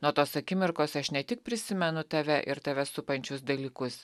nuo tos akimirkos aš ne tik prisimenu tave ir tave supančius dalykus